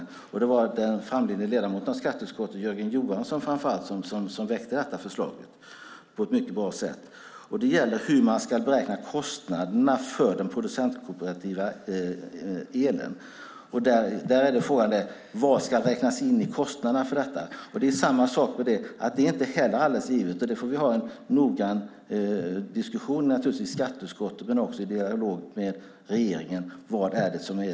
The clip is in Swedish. Det var framför allt Jörgen Johansson, framliden ledamot i skatteutskottet, som väckte det på ett bra sätt. Det gäller hur man ska beräkna kostnaderna för den kooperativt producerade elen. Det är inte heller alldeles givet. Detta får vi ha en noggrann diskussion i skatteutskottet och också en dialog med regeringen om.